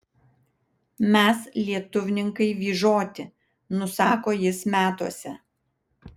mes lietuvninkai vyžoti nusako jis metuose